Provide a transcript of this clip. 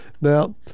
Now –